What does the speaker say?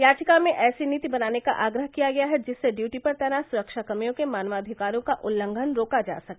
याचिका में ऐसी नीति बनाने का आग्रह किया गया है जिससे ड्यूटी पर तैनात सुरक्षाकर्मियों के मानवाधिकारों का उल्लंघन रोका जा सके